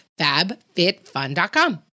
FabFitFun.com